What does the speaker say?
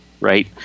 right